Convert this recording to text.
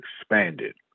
expanded